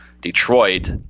Detroit